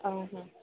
ହଁ ହଁ